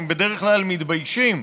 הם בדרך כלל מתביישים,